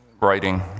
writing